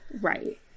right